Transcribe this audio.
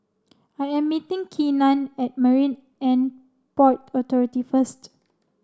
I am meeting Keenan at Marine And Port Authority first